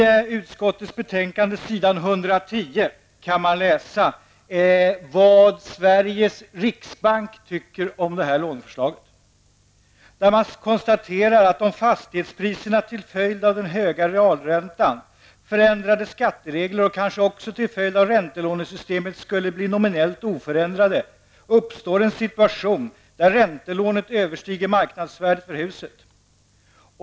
I utskottsbetänkandet på s. 110 kan man läsa vad Sveriges riksbank tycker om lånefinansieringsförslaget. Riksbanken konstaterar: ''Om fastighetspriserna till följd av den höga realräntan, förändrade skatteregler och kanske också till följd av räntelånesystemet i sig skulle bli nominellt oförändrade, uppstår en situation där räntelånet överstiger marknadsvärdet för huset.